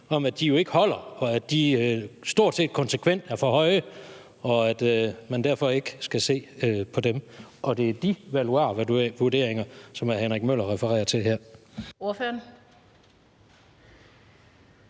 at de jo ikke holder, og at de stort set konsekvent er for høje, og at man derfor ikke skal se på dem? Og det er de valuarvurderinger, som hr. Henrik Møller refererer til her.